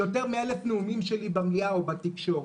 יותר מאלף נאומים שלי במליאה או בתקשורת.